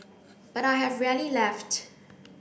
but I have rarely left